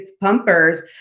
pumpers